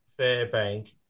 Fairbank